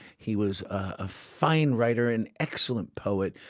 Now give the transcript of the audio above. he was a fine writer, an excellent poet,